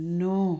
no